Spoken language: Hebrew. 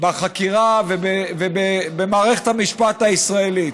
בחקירה ובמערכת המשפט הישראלית: